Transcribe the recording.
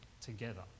together